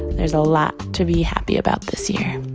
there's a lot to be happy about this year.